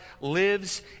lives